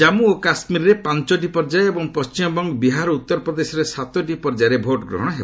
ଜାମ୍ମୁ ଓ କାଶ୍ମୀରରେ ପାଞ୍ଚୋଟି ପର୍ଯ୍ୟାୟ ଏବଂ ପଶ୍ଚିମବଙ୍ଗ ବିହାର ଓ ଉତ୍ତରପ୍ରଦେଶରେ ସାତୋଟି ପର୍ଯ୍ୟାୟରେ ଭୋଟଗ୍ରହଣ ହେବ